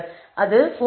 அது 4